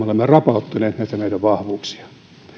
olemme rapauttaneet näitä meidän vahvuuksiamme